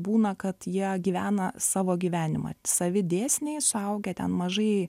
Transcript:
būna kad jie gyvena savo gyvenimą savi dėsniai suaugę ten mažai